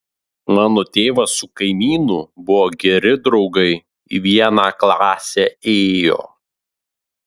mano tėvas su kaimynu buvo geri draugai į vieną klasę ėjo